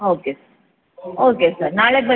okay okay sir ನಾಳೆ ಬನ್ನಿ